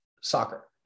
soccer